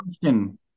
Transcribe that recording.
question